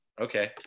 Okay